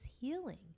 healing